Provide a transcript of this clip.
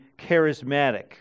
charismatic